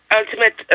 ultimate